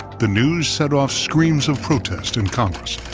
the news set off screams of protest in congress.